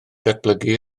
datblygu